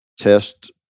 test